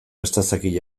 astazakil